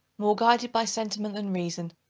more guided by sentiment than reason,